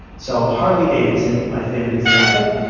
so harley davidson, my favorite example,